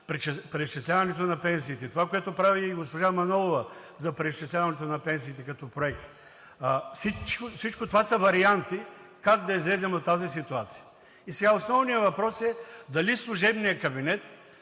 преизчисляването на пенсиите, това, което прави и госпожа Манолова за преизчисляването на пенсиите като проект – всичко това са варианти как да излезем от тази ситуация. И сега основният въпрос е дали служебният кабинет